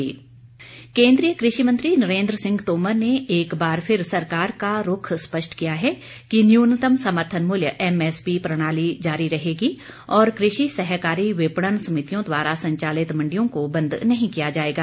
केंद्रीय क़षि मंत्री केन्द्रीय कृषि मंत्री नरेन्द्र सिंह तोमर ने एक बार फिर सरकार का रूख स्पष्ट किया है कि न्युनतम समर्थन मूल्य एमएसपी प्रणाली जारी रहेगी और कृषि सहकारी विपणन समितियों द्वारा संचालित मंडियों को बंद नहीं किया जाएगा